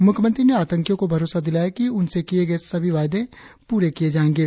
मुख्यमंत्री ने आतंकियों को भरोसा दिलाया कि उनसे किए गए सभी वायदे पूरे किए जाएंगे